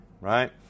right